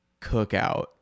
cookout